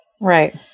Right